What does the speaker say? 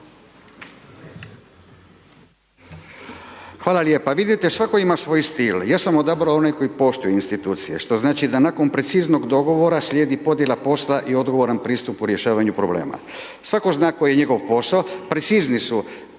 Hvala lijepa. Vidite, svako ima svoj stil. Ja sam odabrao onaj koji poštuje institucije, što znači da nakon preciznog dogovora slijedi podjela posla i odgovoran pristup u rješavanju problema. Svako zna koje je njegov posao,